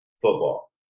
football